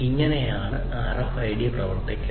ഇങ്ങനെയാണ് RFID പ്രവർത്തിക്കുന്നത്